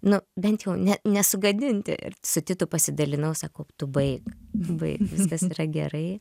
nu bent jau ne nesugadinti ir su titu pasidalinau sako tu baik baik viskas yra gerai